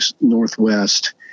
Northwest